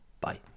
Bye